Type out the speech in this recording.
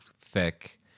thick